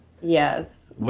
Yes